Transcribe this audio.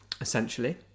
Essentially